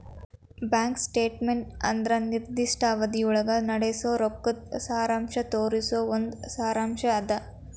bank statement ಅಂದ್ರ ನಿರ್ದಿಷ್ಟ ಅವಧಿಯೊಳಗ ನಡಸೋ ರೊಕ್ಕದ್ ಸಾರಾಂಶ ತೋರಿಸೊ ಒಂದ್ ಸಾರಾಂಶ್ ಅದ